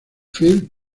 phil